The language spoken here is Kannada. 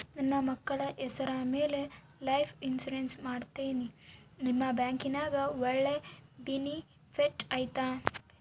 ನನ್ನ ಮಕ್ಕಳ ಹೆಸರ ಮ್ಯಾಲೆ ಲೈಫ್ ಇನ್ಸೂರೆನ್ಸ್ ಮಾಡತೇನಿ ನಿಮ್ಮ ಬ್ಯಾಂಕಿನ್ಯಾಗ ಒಳ್ಳೆ ಬೆನಿಫಿಟ್ ಐತಾ?